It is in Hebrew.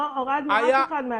לא הורדנו אף אחד מהתפקיד.